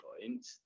point